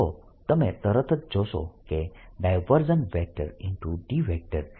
તો તમે તરત જ જોશો કે D 0 છે